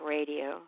Radio